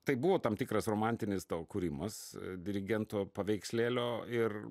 tai buvo tam tikras romantinis tau kūrimas dirigento paveikslėlio ir